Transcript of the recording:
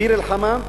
ביר-אל-חמאם,